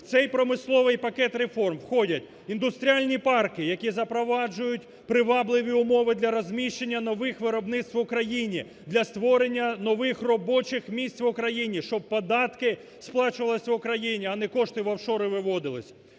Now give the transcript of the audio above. В цей промисловий пакет реформ входять індустріальні парки, які запроваджують привабливі умови для розміщення нових виробництв в Україні, для створення нових робочих місць в Україні, щоб податки сплачувались в Україні, а не кошти в офшори виводились.